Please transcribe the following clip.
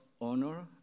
honor